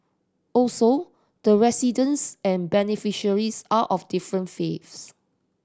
also the residents and beneficiaries are of different faiths